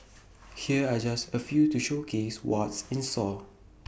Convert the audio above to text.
here are just A few to showcase what's in sore